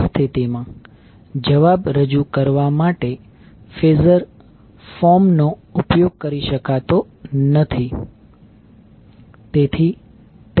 તે સ્થિતિમાં જવાબ રજૂ કરવા માટે ફેઝર ફોર્મ નો ઉપયોગ કરી શકાતો નથી